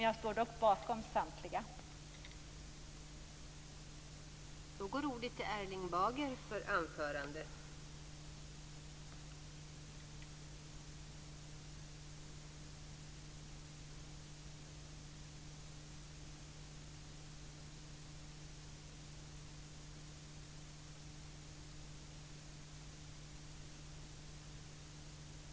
Jag står dock bakom samtliga mina reservationer.